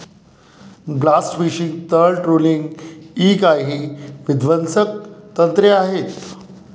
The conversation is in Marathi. ब्लास्ट फिशिंग, तळ ट्रोलिंग इ काही विध्वंसक तंत्रे आहेत